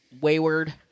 wayward